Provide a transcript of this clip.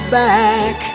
back